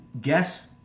guess